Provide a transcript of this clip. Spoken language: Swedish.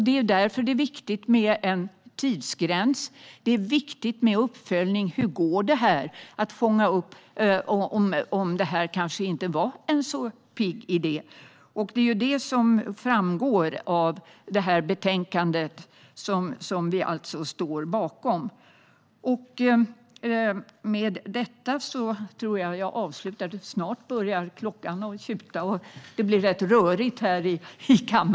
Det är därför viktigt med en tidsgräns och att man följer upp hur det går och fångar upp om det inte var en så pigg idé. Detta framgår av betänkandet, som vi alltså står bakom.